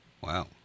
Wow